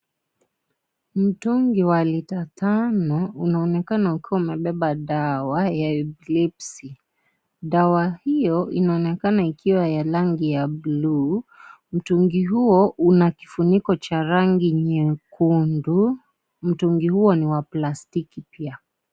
Mtungi wa lita tano unaonekana ukiwa umebeba dawa ya 'Epilepsy'. Dawa hiyo inaonekana ikiwa ya rangi ya blue . Mtungi huo una kifuniko cha rangi nyekundu. Mtungi huo ni wa plastiki pia.